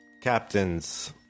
Captains